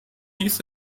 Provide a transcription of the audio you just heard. dies